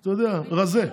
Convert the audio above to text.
אתה יודע, רזה,